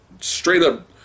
straight-up